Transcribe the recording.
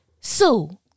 Sue